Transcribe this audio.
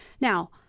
Now